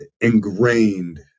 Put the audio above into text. ingrained